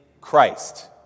Christ